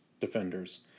defenders